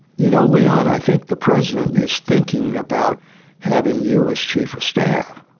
you know, leon, i think the president is thinking about having you as chief of staff.